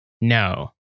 No